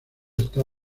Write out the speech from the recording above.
está